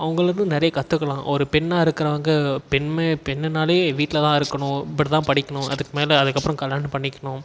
அவங்களுக்கும் நிறைய கற்றுக்கலாம் ஒரு பெண்ணாக இருக்கிறவங்க பெண்ணு பெண்ணுனாலே வீட்டில் தான் இருக்கணும் இப்படி தான் படிக்கணும் அதுக்கு மேலே அதுக்கு அப்புறம் கல்யாணம் பண்ணிக்கணும்